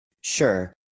Sure